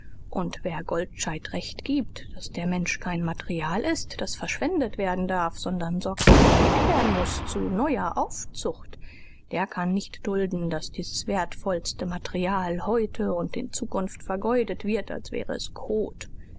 und wer goldscheid recht gibt daß der mensch kein material ist das verschwendet werden darf sondern sorgsam gehegt werden muß zu neuer aufzucht der kann nicht dulden daß dieses wertvollste material heute u in zukunft vergeudet wird als wäre es kot